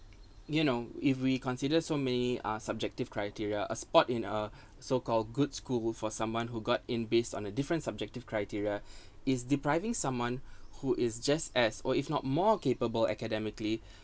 you know if we consider so many uh subjective criteria a spot in a so called good school for someone who got in based on a different subjective criteria is depriving someone who is just as or if not more capable academically